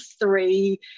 three